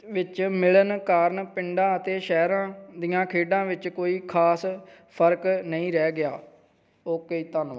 ਵਿੱਚ ਮਿਲਣ ਕਾਰਣ ਪਿੰਡਾਂ ਅਤੇ ਸ਼ਹਿਰਾਂ ਦੀਆਂ ਖੇਡਾਂ ਵਿੱਚ ਕੋਈ ਖ਼ਾਸ ਫ਼ਰਕ ਨਹੀਂ ਰਹਿ ਗਿਆ ਓਕੇ ਜੀ ਧੰਨਵਾਦ